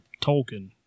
Tolkien